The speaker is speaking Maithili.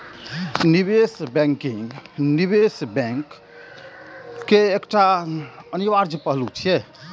निवेश बैंकिंग निवेश बैंक केर एकटा अनिवार्य पहलू छियै